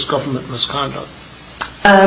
government misconduct an